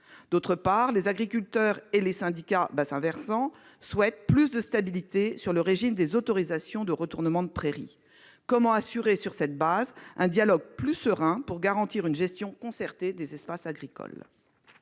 D'autre part, les agriculteurs et les syndicats des bassins versants souhaitent plus de stabilité sur le régime des autorisations de retournement de prairies. Comment assurer, sur cette base, un dialogue plus serein pour garantir une gestion concertée des espaces agricoles ?